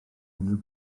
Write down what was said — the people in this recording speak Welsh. unrhyw